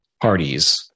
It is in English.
parties